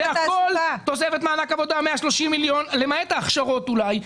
תוספת מענק עבודה 130 מיליון למעט ההכשרות אולי.